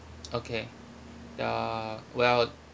okay ya well